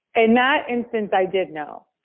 in that instance i did know,